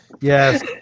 Yes